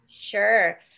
sure